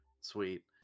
sweet